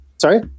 Sorry